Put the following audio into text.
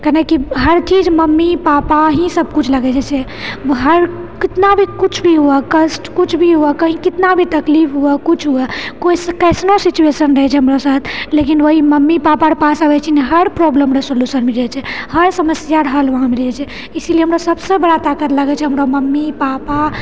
किआकि हरचीज mummy papa ही सब किछु लगेछै से हर कितना भी किछु भी हुए कष्ट किछु भी हुए कही कितना भी तकलीफ हुए किछु हुए कोइ कइसनो सिचुएशन रहैछै हमरासाथ लेकिन ओएह मम्मी पापाके पास अबैछी नहि हर प्रॉब्लमके सोल्यूशन मिल जाइछै हर समस्याके हल वहाँ मिल जाइछै इसिलिए हमरा सबसँ बड़ा ताकत लगैछै हमर मम्मी पापा